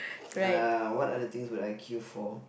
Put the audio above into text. uh what are the things would I queue for